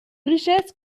richesses